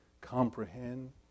comprehend